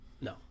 No